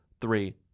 three